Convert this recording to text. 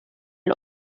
los